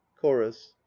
Chorus